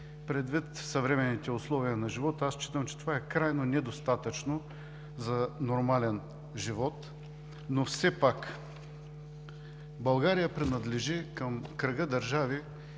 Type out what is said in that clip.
Предвид съвременните условия на живот аз считам, че това е крайно недостатъчно за нормален живот, но все пак България принадлежи към кръга държави,